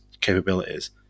capabilities